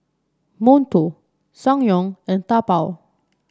Monto Ssangyong and Taobao